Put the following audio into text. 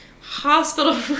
hospital